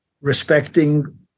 respecting